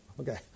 Okay